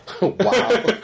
Wow